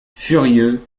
furieux